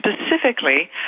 specifically